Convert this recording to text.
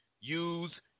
use